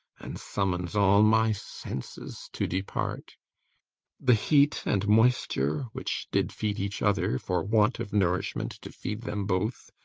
and summons all my senses to depart the heat and moisture, which did feed each other, for want of nourishment to feed them both,